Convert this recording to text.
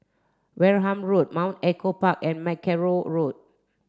Wareham Road Mount Echo Park and Mackerrow Road